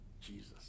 Jesus